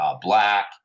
black